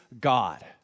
God